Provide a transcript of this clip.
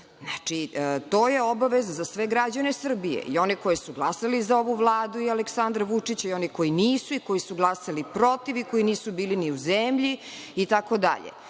Znači, to je obaveza za sve građane Srbije, i one koji su glasali za ovu Vladu i Aleksandra Vučića i one koji nisu i one koji su glasali protiv i koji nisu bili ni u zemlji itd. Dakle,